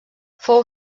fou